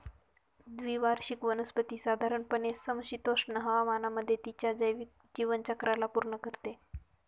द्विवार्षिक वनस्पती साधारणपणे समशीतोष्ण हवामानामध्ये तिच्या जैविक जीवनचक्राला पूर्ण करते